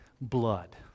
blood